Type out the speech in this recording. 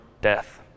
death